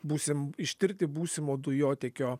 būsim ištirti būsimo dujotiekio